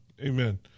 Amen